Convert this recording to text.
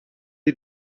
you